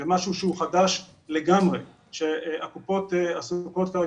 זה משהו שהוא חדש לגמרי והקופות עסוקות כרגע